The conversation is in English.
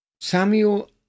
Samuel